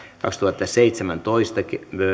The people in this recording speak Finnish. kaksituhattaseitsemäntoista